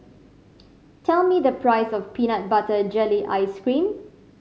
tell me the price of peanut butter jelly ice cream